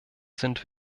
sind